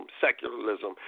secularism